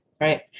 Right